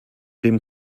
dem